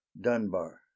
Dunbar